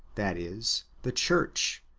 that is, the church,